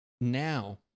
now